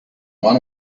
one